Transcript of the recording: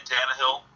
Tannehill